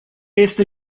este